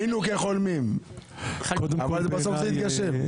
בעיניי --- היינו כחולמים ובסוף זה התגשם.